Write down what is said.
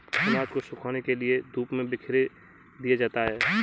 अनाज को सुखाने के लिए धूप में बिखेर दिया जाता है